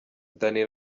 danny